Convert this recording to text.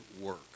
work